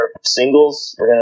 singles